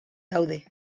daude